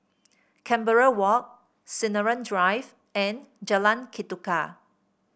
Canberra Walk Sinaran Drive and Jalan Ketuka